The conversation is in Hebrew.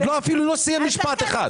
הוא עוד אפילו לא סיים משפט אחד.